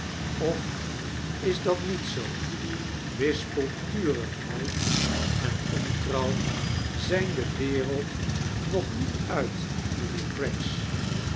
of is dat niet zoo wispelturigheid en onfarouw zijn de wereld nog niet uit mijnheer oraggs